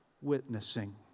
witnessing